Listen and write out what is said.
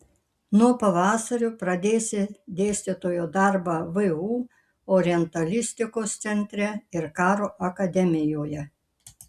nuo pavasario pradėsi dėstytojo darbą vu orientalistikos centre ir karo akademijoje